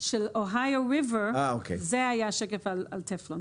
של נהר אוהיו זה היה השקף על טפלון.